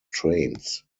trains